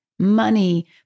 Money